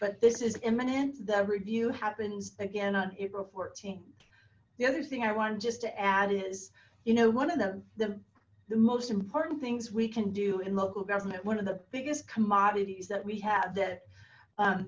but this is imminent the review happens again on april fourteen the other thing i wanted just to add is you know one of them the the most important things we can do in local government one of the biggest commodities that we have that